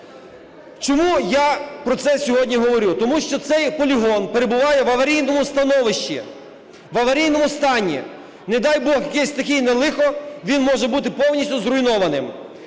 Чому я про це сьогодні говорю? Тому що цей полігон перебуває в аварійному стані. Не дай Бог, якесь стихійне лихо - він може бути повністю зруйнованим.